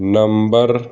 number